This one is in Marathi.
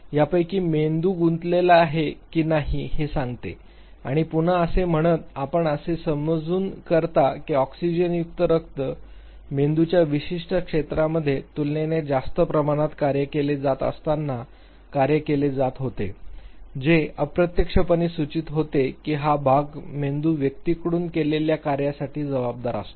त्यापैकी मेंदू गुंतलेला आहे की नाही हे सांगते आणि पुन्हा असे म्हणत आपण असे समजूत करता की ऑक्सिजनयुक्त रक्त मेंदूच्या विशिष्ट क्षेत्रामध्ये तुलनेने जास्त प्रमाणात कार्य केले जात असताना कार्य केले जात होते जे अप्रत्यक्षपणे सूचित होते की हा भाग मेंदू व्यक्तीकडून केलेल्या कार्यासाठी जबाबदार असतो